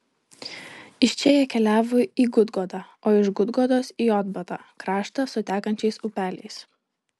iš čia jie keliavo į gudgodą o iš gudgodos į jotbatą kraštą su tekančiais upeliais